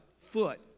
Foot